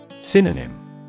Synonym